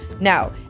Now